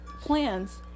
plans